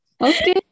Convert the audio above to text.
Okay